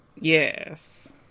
Yes